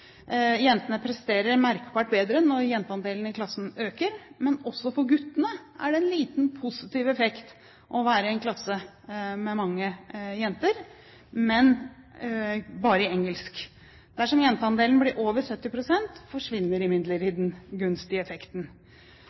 Jentene presterer merkbart bedre når jenteandelen i klassen øker, men også for guttene har det en liten positiv effekt å være i en klasse med mange jenter – men bare i engelsk. Dersom jenteandelen blir over 70 pst., forsvinner imidlertid den gunstige effekten.